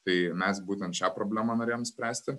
tai mes būtent šią problemą norėjom spręsti